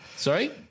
Sorry